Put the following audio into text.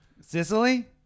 Sicily